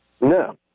No